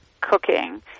cooking